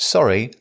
Sorry